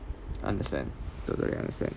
understand totally understand